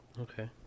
Okay